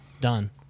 Done